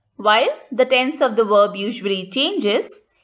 while the tense of the verb usually changes,